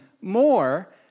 more